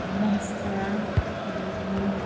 monstera अरू